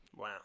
Wow